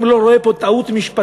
אני אם לא רואה פה טעות משפטית,